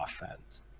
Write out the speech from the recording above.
offense